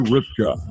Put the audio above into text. Ripka